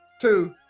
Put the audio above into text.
two